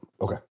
Okay